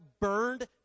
burned